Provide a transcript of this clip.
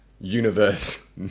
universe